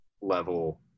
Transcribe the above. level